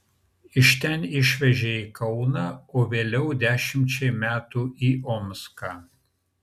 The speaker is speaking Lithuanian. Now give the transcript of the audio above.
iš ten išvežė į kauną o vėliau dešimčiai metų į omską